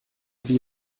die